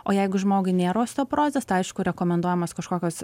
o jeigu žmogui nėra osteoporozės tai aišku rekomenduojamos kažkokios